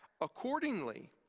accordingly